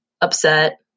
upset